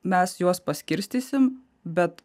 mes juos paskirstysim bet